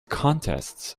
contests